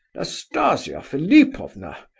nastasia philipovna!